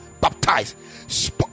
Baptized